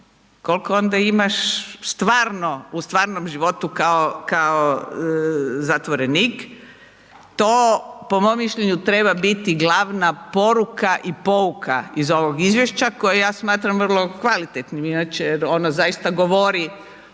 koliko onda imaš stvarno, u stvarnom životu kao zatvorenik, to po mom mišljenju treba biti glavna poruka i pouka iz ovog izvješća koje ja smatram vrlo kvalitetnim inače jer ono zaista govori